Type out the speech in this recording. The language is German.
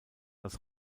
als